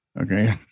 okay